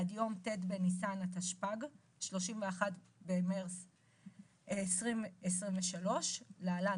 עד יום ט' בניסן התשפ"ג (31 במרס 2023) (להלן,